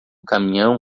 caminhão